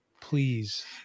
Please